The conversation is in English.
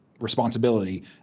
responsibility